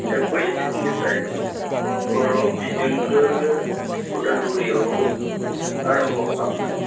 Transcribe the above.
दा बै समनिफ्राय बर' बिजोंखौ अदालगुरियाव आरम्भ' खालामनाय